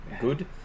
Good